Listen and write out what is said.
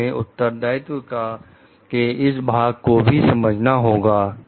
तो हमें उत्तरदायित्व के इस भाग को भी समझना होगा